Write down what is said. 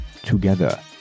Together